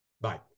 Bye